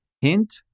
Hint